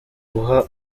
uha